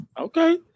Okay